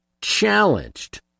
challenged